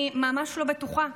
אני ממש לא בטוחה.